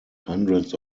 hundreds